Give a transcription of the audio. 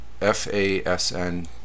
FASN